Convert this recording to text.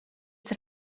der